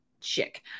Chick